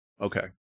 Okay